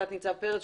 תנ"צ פרץ,